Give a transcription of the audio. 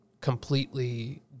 completely